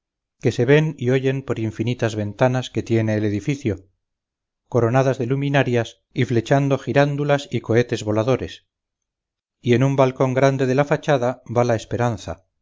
que se ven y oyen por infinitas ventanas que tiene el edificio coronadas de luminarias y flechando girándulas y cohetes voladores y en un balcón grande de la fachada va la esperanza